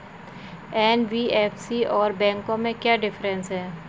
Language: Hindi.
एन.बी.एफ.सी और बैंकों में क्या डिफरेंस है?